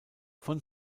von